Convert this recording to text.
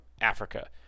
Africa